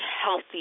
Healthy